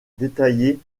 détaillée